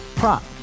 prop